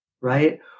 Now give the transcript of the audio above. right